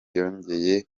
yongeye